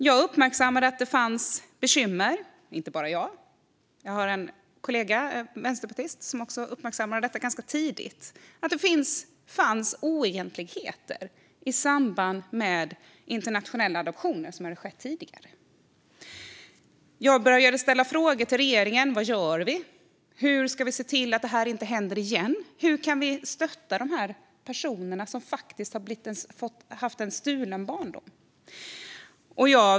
Jag uppmärksammade att det fanns bekymmer - det var inte bara jag, utan jag har en kollega, en vänsterpartist, som också uppmärksammade detta ganska tidigt - och oegentligheter i samband med internationella adoptioner som hade skett tidigare. Jag började ställa frågor till regeringen: Vad gör vi? Hur ska vi se till att det här inte händer igen? Hur kan vi stötta de här personerna som faktiskt har fått sin barndom stulen?